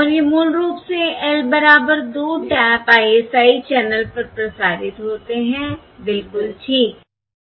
और ये मूल रूप से L बराबर 2 टैप ISI चैनल पर प्रसारित होते हैं बिलकुल ठीक